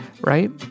right